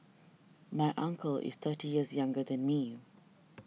my uncle is thirty years younger than me